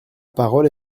parole